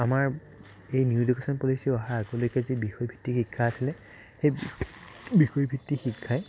আমাৰ এই new education policy অহাৰ আগলৈকে যি বিষয়ভিত্তিক শিক্ষা আছিলে সেই বিষয়ভিত্তিক শিক্ষাই